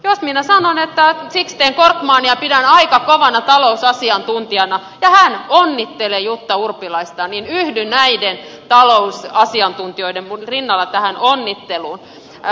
jos minä sanon että sixten korkmania pidän aika kovana talousasiantuntijana ja hän onnittelee jutta urpilaista niin yhdyn näiden talousasiantuntijoiden rinnalla tähän onnitteluun